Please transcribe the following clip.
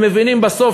הם מבינים בסוף.